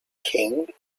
qing